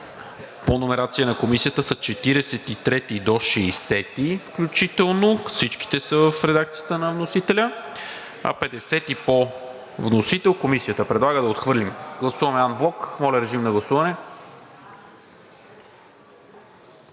по номерация на Комисията са § 43 до § 60 включително. Всички са в редакцията на вносителя, а § 50 по вносител Комисията предлага да отхвърлим. Гласуваме анблок. Гласували